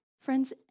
Friends